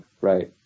Right